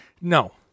no